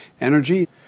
energy